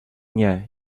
nie